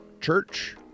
church